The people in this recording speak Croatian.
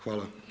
Hvala.